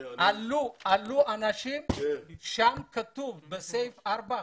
עלו אנשים ושם כתוב בסעיף 4,